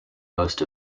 most